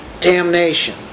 damnation